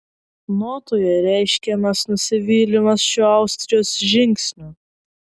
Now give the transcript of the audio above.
notoje reiškiamas nusivylimas šiuo austrijos žingsniu